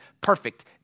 perfect